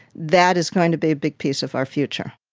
that is going to be a big piece of our future.